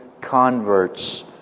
converts